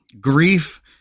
grief